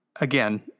again